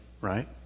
right